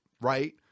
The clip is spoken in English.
right